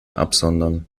absondern